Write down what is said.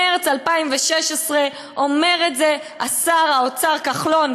מרס 2016. אומר את זה שר האוצר כחלון.